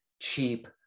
cheap